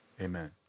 amen